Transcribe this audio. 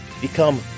become